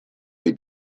dei